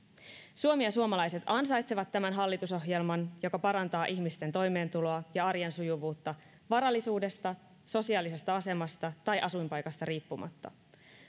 suomi ja suomalaiset ansaitsevat tämän hallitusohjelman joka parantaa ihmisten toimeentuloa ja arjen sujuvuutta varallisuudesta sosiaalisesta asemasta tai asuinpaikasta riippumatta